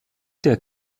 der